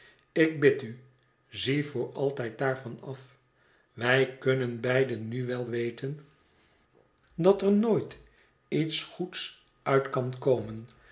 ik bid u zie voor altijd daarvan af wij kunnen beide nu wel weten dat er nooit iets goeds uit kan komen